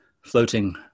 floating